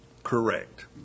Correct